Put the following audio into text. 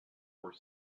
were